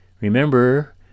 Remember